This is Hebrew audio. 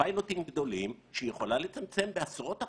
פיילוטים גדולים שהיא יכולה לצמצמם בעשרות אחוזים,